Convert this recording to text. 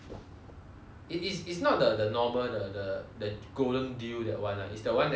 it is it's not the normal the the the golden deal that one lah is the one that comes with rice